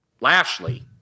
Lashley